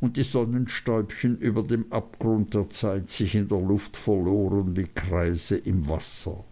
und die sonnenstäubchen über dem abgrund der zeit sich in der luft verloren wie kreise im wasser